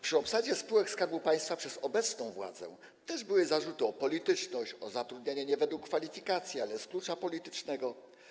Przy obsadzie spółek Skarbu Państwa przez obecną władzę też były zarzuty o polityczność, o zatrudnianie nie według kwalifikacji, ale według klucza politycznego.